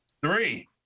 Three